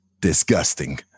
disgusting